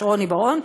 רוני בר-און,